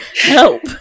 help